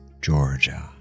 Georgia